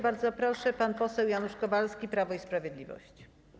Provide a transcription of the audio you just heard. Bardzo proszę, pan poseł Janusz Kowalski, Prawo i Sprawiedliwość.